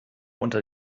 unter